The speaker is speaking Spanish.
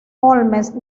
holmes